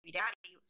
daddy